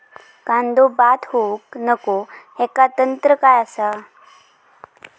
कांदो बाद होऊक नको ह्याका तंत्र काय असा?